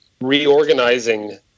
reorganizing